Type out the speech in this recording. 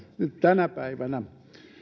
tänä päivänä